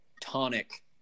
tonic